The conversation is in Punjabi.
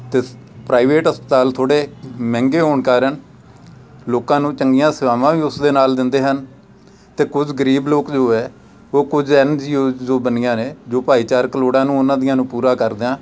ਅਤੇ ਪ੍ਰਾਈਵੇਟ ਹਸਪਤਾਲ ਥੋੜ੍ਹੇ ਮਹਿੰਗੇ ਹੋਣ ਕਾਰਨ ਲੋਕਾਂ ਨੂੰ ਚੰਗੀਆਂ ਸੇਵਾਵਾਂ ਵੀ ਉਸ ਦੇ ਨਾਲ ਦਿੰਦੇ ਹਨ ਅਤੇ ਕੁਝ ਗਰੀਬ ਲੋਕ ਜੋ ਹੈ ਉਹ ਕੁਝ ਐੱਨ ਜੀ ਓ ਜੋ ਬਣੀਆਂ ਨੇ ਜੋ ਭਾਈਚਾਰਕ ਲੋੜਾਂ ਨੂੰ ਉਹਨਾਂ ਦੀਆਂ ਨੂੰ ਪੂਰਾ ਕਰਦਿਆਂ